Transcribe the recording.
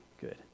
good